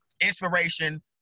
inspiration